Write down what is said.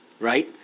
right